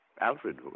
Alfred